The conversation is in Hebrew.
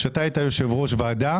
כשאתה היית יושב-ראש ועדה.